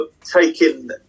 taking